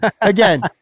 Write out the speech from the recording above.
again